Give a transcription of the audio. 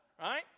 right